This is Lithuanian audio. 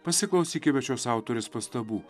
pasiklausykime šios autorės pastabų